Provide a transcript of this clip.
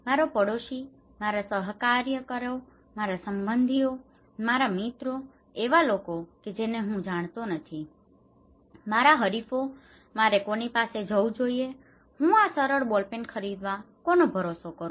મારો પાડોશી મારા સહકાર્યકરો મારા સંબંધીઓ મારા મિત્રો એવા લોકો કે જેને હું જાણતો નથી મારા હરીફો મારે કોની પાસે જવું જોઈએ હું આ સરળ બોલ પેન ખરીદવા હું કોનો ભરોસો કરું